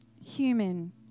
human